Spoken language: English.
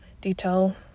detail